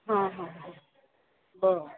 हां हां बरं